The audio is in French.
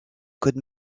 code